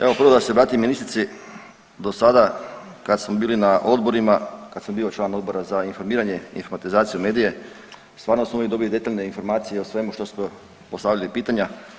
Evo prvo da se obratim ministrici, do sada kad smo bili na odborima, kad sam bio član Odbora za informiranje i informatizaciju i medije stvarno sam uvijek dobio detaljne informacije o svemu što smo postavili pitanja.